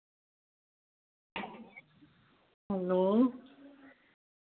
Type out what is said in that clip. hello